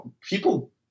people